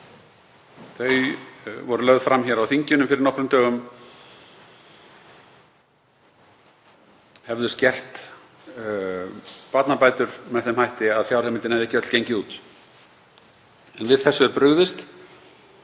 þau voru lögð fram á þinginu fyrir nokkrum dögum, hefðu skert barnabætur með þeim hætti að fjárheimildin hefði ekki öll gengið út. Við þessu er brugðist.